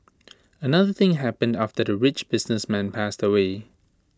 another thing happened after the rich businessman passed away